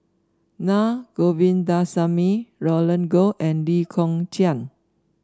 Naa Govindasamy Roland Goh and Lee Kong Chian